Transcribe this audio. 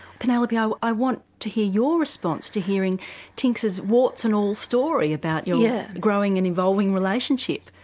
penelope i i want to hear your response to hearing tynx's warts and all story about your yeah growing and evolving relationship.